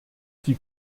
die